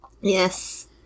yes